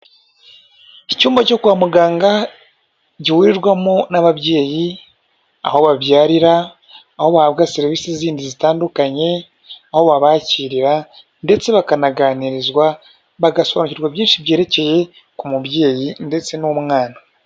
Icyumba cyo kwa muganga gihurirwamo n'ababyeyi aho babyarira, aho bahabwa serivisi zindi zitandukanye, aho babakirira ndetse bakanaganirizwa bagasobanurirwa byinshi byerekeye ku mubyeyi ndetse n'umwana.